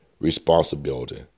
responsibility